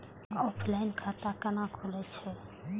Offline खाता कैना खुलै छै?